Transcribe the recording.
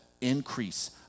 increase